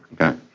Okay